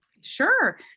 Sure